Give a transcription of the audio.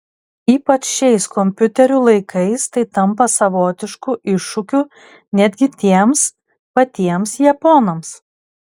ypač šiais kompiuterių laikais tai tampa savotišku iššūkiu netgi tiems patiems japonams